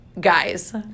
guys